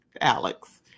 Alex